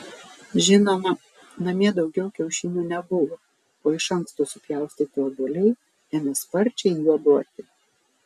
žinoma namie daugiau kiaušinių nebuvo o iš anksto supjaustyti obuoliai ėmė sparčiai juoduoti